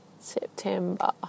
September